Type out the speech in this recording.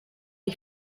die